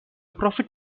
profit